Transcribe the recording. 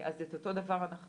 אז את אותו הדבר אני